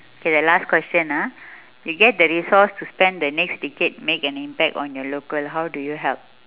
okay the last question ah you get the resource to spend the next decade make an impact on your local how do you help